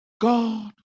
God